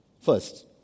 First